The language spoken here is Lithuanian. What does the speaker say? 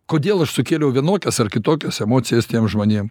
kodėl aš sukėliau vienokias ar kitokias emocijas tiem žmonėm